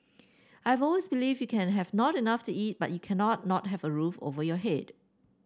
I've always believed you can have not enough to eat but you cannot not have a roof over your head